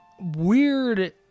weird